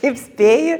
taip spėji